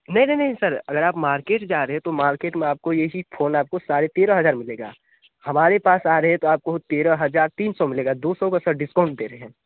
नहीं नहीं नहीं सर अगर आप मार्केट जा रहे हैं तो मार्केट में यह चीज़ फ़ोन आपको साढ़े तेरह हज़ार में मिलेगा हमारे पास यहाँ रेट आपको तेरह हज़ार तीन सौ में मिलेगा दो सौ का सर डिस्काउंट दे रहे हैं